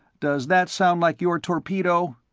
does that sound like your torpedo?